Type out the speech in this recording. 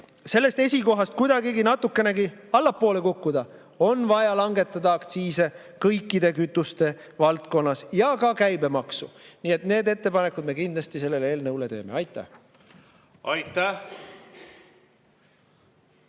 sellest esikohast kuidagigi, natukenegi allapoole kukkuda, on vaja langetada kõikide kütuste aktsiise ja ka käibemaksu. Ja need ettepanekud me kindlasti selle eelnõu kohta teeme. Aitäh!